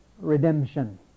redemption